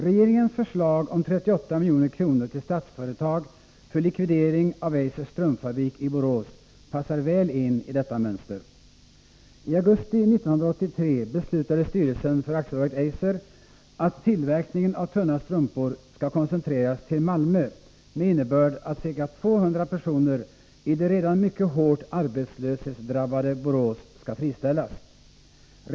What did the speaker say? Regeringens förslag om 38 milj.kr. till Statsföretag för likvidering av Eisers strumpfabrik i Borås passar väl in i detta mönster. I augusti 1983 beslutade styrelsen för AB Eiser att tillverkningen av tunna strumpor skall koncentreras till Malmö med innebörd att ca 200 personer i det redan mycket hårt arbetslöshetsdrabbade Borås skall friställas.